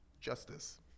justice